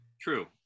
True